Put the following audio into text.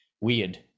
weird